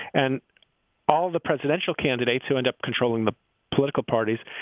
and all the presidential candidates who end up controlling the political parties.